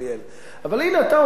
אבל הנה, אתה אומר את האמת.